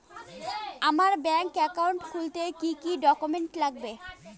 আমার bank account খুলতে কি কি ডকুমেন্ট লাগবে?